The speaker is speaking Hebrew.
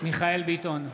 מיכאל מרדכי ביטון,